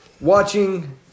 watching